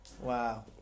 Wow